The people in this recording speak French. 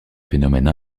phénomène